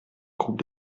groupe